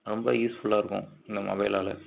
ரொம்ப யூஸ்ஃபுல்லாக இருக்கும் இந்த மொபைலால்